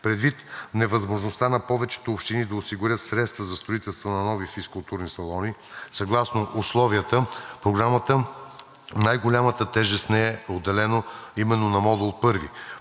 Предвид невъзможността на повечето общини да осигурят средства за строителство на нови физкултурни салони, съгласно условията, в Програмата най-голямата тежест в нея е отделено именно на модул